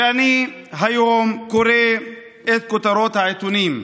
ואני היום קורא את כותרות העיתונים: